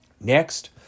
Next